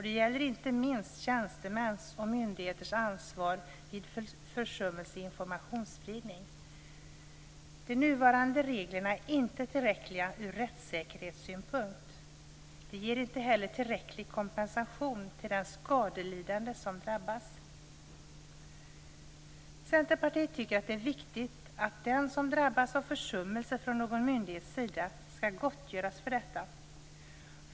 Det gäller inte minst tjänstemäns och myndigheters ansvar vid försummelse i informationsspridning. De nuvarande reglerna är inte tillräckliga ur rättssäkerhetssynpunkt. De ger inte heller tillräcklig kompensation till den skadelidande som drabbas. Centerpartiet tycker att det är viktigt att den som drabbas av försummelse från någon myndighets sida skall gottgöras för detta.